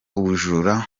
ubujura